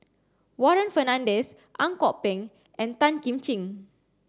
Warren Fernandez Ang Kok Peng and Tan Kim Ching